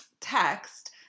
text